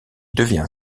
devient